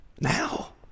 Now